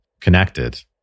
connected